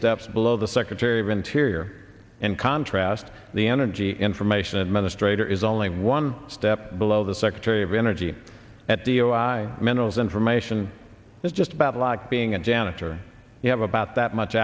steps below the secretary of interior in contrast the energy information administration is only one step below the secretary of energy at the oh i minerals information is just about like being a janitor you have about that much